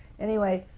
anyway,